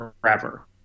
forever